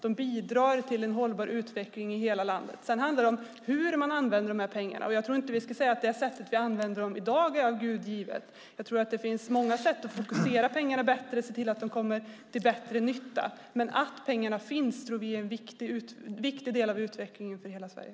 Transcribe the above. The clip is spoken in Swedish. De bidrar till en hållbar utveckling i hela landet. Sedan handlar det om hur man använder pengarna. Jag tror inte att vi ska säga att det sättet vi använder dem på i dag är av Gud givet. Jag tror att det finns många sätt att fokusera pengarna bättre, att se till att de kommer till bättre nytta. Men att pengarna finns är en viktig del av utvecklingen för hela Sverige.